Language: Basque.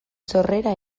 sorrera